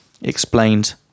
explained